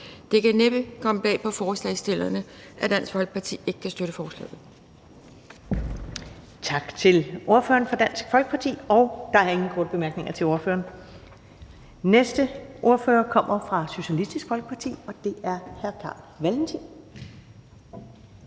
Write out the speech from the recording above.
Det kan næppe komme bag på forslagsstillerne, at Dansk Folkeparti ikke kan støtte forslaget.